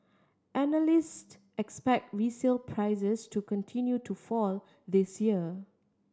analyst expect resale prices to continue to fall this year